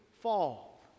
fall